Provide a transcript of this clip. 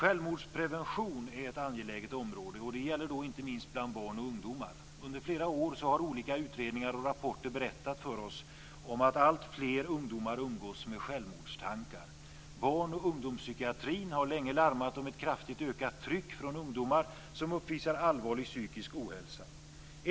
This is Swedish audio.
Självmordsprevention är ett angeläget område, och det gäller då inte minst bland barn och ungdomar. Under flera år har olika utredningar och rapporter berättat för oss om att alltfler ungdomar umgås med självmordstankar. Barn och ungdomspsykiatrin har länge larmat om ett kraftigt ökat tryck från ungdomar som uppvisar allvarlig psykisk ohälsa.